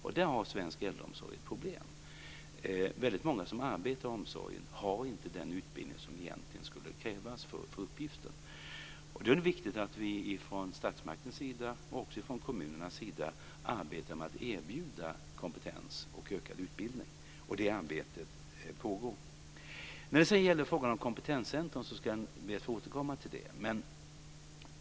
Där har svensk äldreomsorg ett problem. Väldigt många av dem som arbetar inom omsorgen har inte den utbildning som krävs för uppgiften. Då är det viktigt att man från statsmakterna och kommunerna arbetar med att erbjuda kompetens och ökad utbildning, och det arbetet pågår. Jag ska be att få återkomma till frågan om kompetenscentrum.